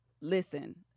listen